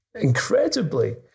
Incredibly